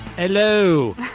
Hello